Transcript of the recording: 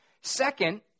Second